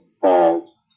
falls